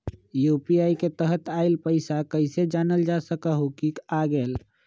UPI के तहत आइल पैसा कईसे जानल जा सकहु की आ गेल?